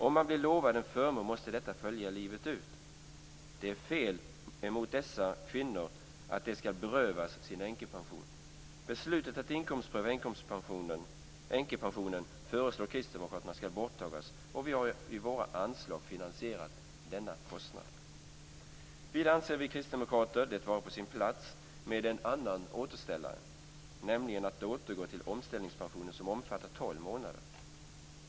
Om man blivit lovad en förmån måste detta följa livet ut. Det är fel emot dessa kvinnor att de skall berövas sin änkepension. Beslutet att inkomstpröva änkepensionen föreslår Kristdemokraterna skall borttagas. Vi har i våra anslag finansierat denna kostnad. Vidare anser vi Kristdemokrater det vara på sin plats med en annan återställare, nämligen att återgå till omställningspension som omfattar tolv månader.